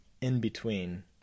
in-between